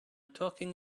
talking